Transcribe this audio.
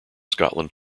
scotland